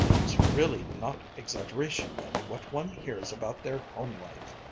it's really not exaggeration then, what one hears about their home life.